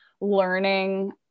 learning